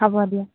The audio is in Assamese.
হ'ব দিয়ক